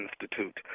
Institute